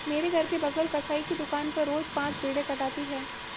मेरे घर के बगल कसाई की दुकान पर रोज पांच भेड़ें कटाती है